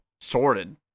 sorted